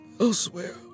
Elsewhere